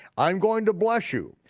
i'm going to bless you,